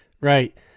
Right